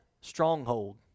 stronghold